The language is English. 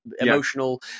emotional